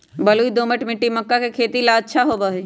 बलुई, दोमट मिट्टी मक्का के खेती ला अच्छा होबा हई